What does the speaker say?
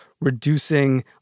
reducing